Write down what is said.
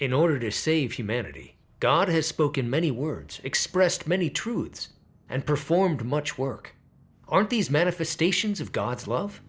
in order to save humanity god has spoken many words expressed many truths and performed much work aren't these manifestations of god's love